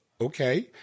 Okay